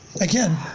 again